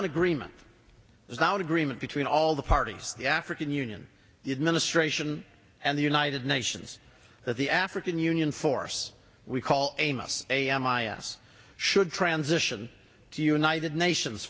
an agreement is not agreement between all the parties the african union the administration and the united nations that the african union force we call amos a m i us should transition to united nations